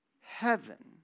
Heaven